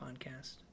podcast